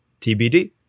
TBD